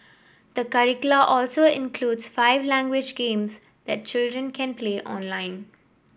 the curricula also includes five language games that children can play online